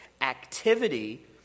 activity